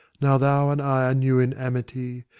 now thou and i are new in amity,